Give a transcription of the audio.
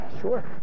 Sure